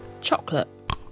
chocolate